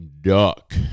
duck